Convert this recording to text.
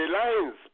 lines